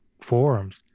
forums